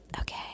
okay